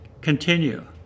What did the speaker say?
continue